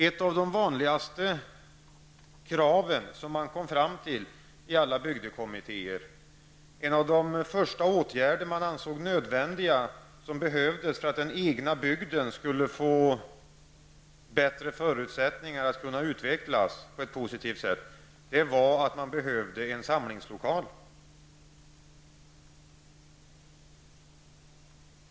Ett av de vanligaste kraven som man kom fram till i alla bygdekommittéer och en av de första åtgärder som man ansåg nödvändig för att den egna bygden skulle få bättre förutsättningar att utvecklas på ett positivt sätt var en samlingslokal.